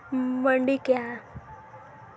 मंडी क्या हैं?